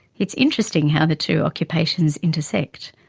it's interesting how the two occupations intersect.